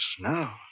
now